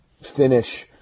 finish